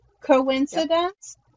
Coincidence